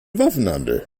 waffenhandel